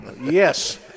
Yes